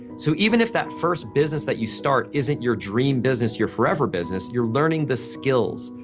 so, even if that first business that you start isn't your dream business, your forever business, you're learning the skills,